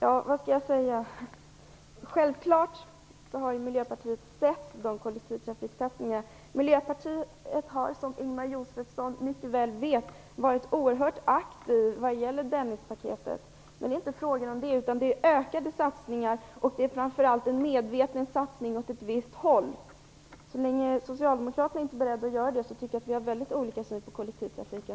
Herr talman! Självklart har vi i Miljöpartiet sett att det görs kollektivtrafiksatsningar. Miljöpartiet har, som Ingemar Josefsson mycket väl vet, varit oerhört aktivt vad gäller Dennispaketet. Men det är inte detta frågan gäller, utan det handlar om ökade satsningar och framför allt om en medveten satsning åt ett visst håll. Så länge socialdemokraterna inte är beredda att göra det tycker jag att vi har väldigt olika syn på kollektivtrafiken.